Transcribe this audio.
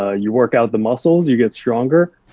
ah you work out the muscles, you get stronger.